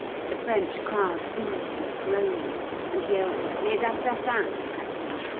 the french crowd booed and groaned and yelled les assassins at them.